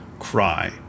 cry